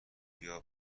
بیا